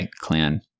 clan